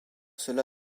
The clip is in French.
cela